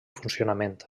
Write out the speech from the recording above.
funcionament